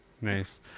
nice